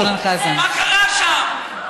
"מה קרה שם".